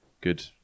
good